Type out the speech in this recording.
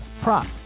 prop